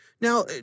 Now